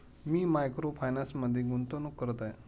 मी micro फायनान्समध्ये गुंतवणूक करत आहे